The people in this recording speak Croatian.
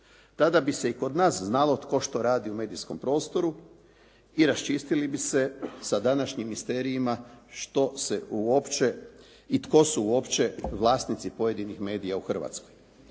Tada bi se i kod nas znalo tko što radi u medijskom prostoru i raščistili bi se sa današnjim misterijima što se uopće i tko su uopće vlasnici pojedinih medija u Hrvatskoj.